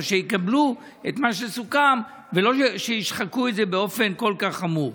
אבל שיקבלו את מה שסוכם ושלא ישחקו את זה באופן כל כך חמור.